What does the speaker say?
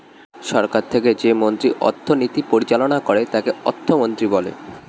সরকার থেকে যে মন্ত্রী অর্থনীতি পরিচালনা করে তাকে অর্থমন্ত্রী বলে